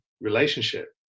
relationship